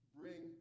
bring